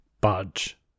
budge